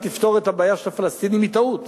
תפתור את הבעיה של הפלסטינים היא טעות.